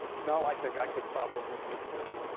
no, i think i could probably just do